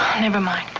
never mind.